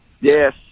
Yes